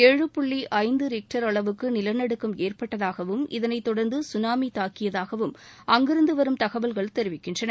ஏழு புள்ளி ஐந்து ரிக்டர் அளவுக்கு நிலநடுக்கம் ஏற்பட்டதாகவும் இதளைத் தொடர்ந்து சுனாமி தாக்கியதாகவும் அங்கிருந்து வரும் தகவல்கள் தெரிவிக்கின்றன